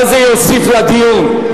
מה זה יוסיף לדיון?